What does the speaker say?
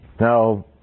Now